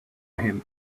him